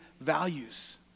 values